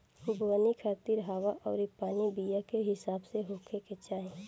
बोवनी खातिर हवा अउरी पानी बीया के हिसाब से होखे के चाही